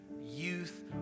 youth